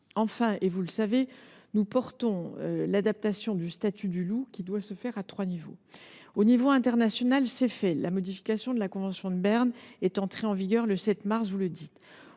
Enfin, vous le savez, nous défendons l’adaptation du statut du loup, qui doit se faire à trois niveaux. Au niveau international, c’est fait : la modification de la convention de Berne est entrée en vigueur le 7 mars. Au niveau